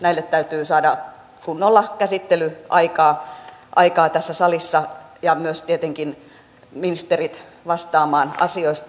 näille täytyy saada kunnolla käsittelyaikaa tässä salissa ja myös tietenkin ministerit vastaamaan asioista